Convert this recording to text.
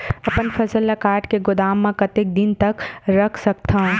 अपन फसल ल काट के गोदाम म कतेक दिन तक रख सकथव?